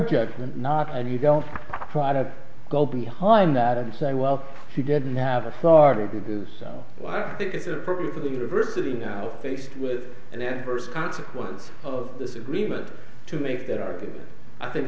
judgment not and you don't try to go behind that and say well she didn't have a sergeant to do so i think it's appropriate for the university now faced with an adverse consequence of this agreement to make that are i think